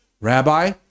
Rabbi